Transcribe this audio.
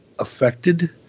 affected